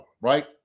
right